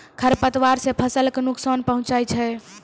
खरपतवार से फसल क नुकसान पहुँचै छै